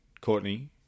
Courtney